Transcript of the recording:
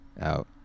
out